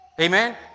Amen